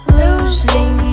losing